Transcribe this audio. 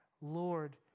Lord